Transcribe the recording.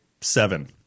seven